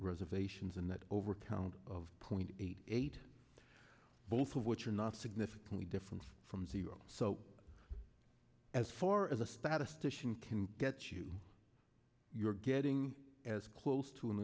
reservations in that over count of point eight eight both of which are not significantly different from zero so as far as a statistician can get you you're getting as close to an